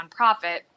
nonprofit